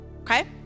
okay